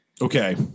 Okay